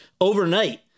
overnight